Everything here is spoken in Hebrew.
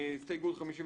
הסתייגות 53: